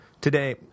Today